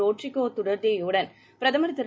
Rodrigo துடர்டேவுடன் பிரதமர் திரு